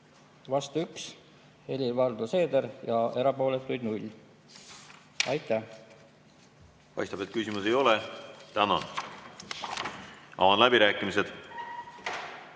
vastu 1 ehk Helir-Valdor Seeder ja erapooletuid 0). Aitäh! Paistab, et küsimusi ei ole. Tänan! Avan läbirääkimised.